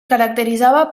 caracteritzava